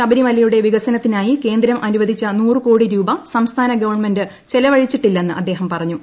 ശബരിമല്യ്ക്കുള്ട ് വികസനത്തിനായി കേന്ദ്രം അനുവദിച്ച നൂറ് ക്യോടി ് രൂപ സംസ്ഥാന ഗവൺമെന്റ് ചെലവഴിച്ചിട്ടില്ലെന്ന് ആദ്ദേഹം പറഞ്ഞു